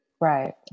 Right